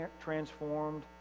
transformed